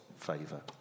favour